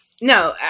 No